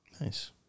nice